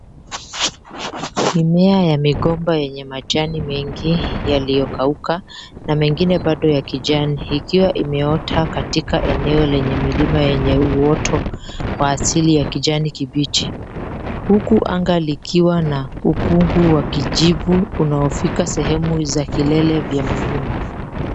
Mimea ya migomba yenye majani mengi yaliyokauka na mengine bado ya kijani, ikiwa imeota katika eneo lenye milima yenye uoto wa asili ya kijani kibichi, huku anga likiwa na ukungu wa kijivu unaofika sehemu ya kilele ya milima.